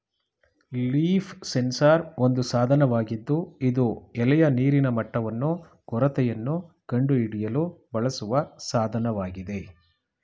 leaf sensor ಒಂದು ಸಾಧನವಾಗಿದ್ದು ಇದು ಎಲೆಯ ನೀರಿನ ಮಟ್ಟವನ್ನು ಕೊರತೆಯನ್ನು ಕಂಡುಹಿಡಿಯಲು ಬಳಸುವ ಸಾಧನವಾಗಿದೆ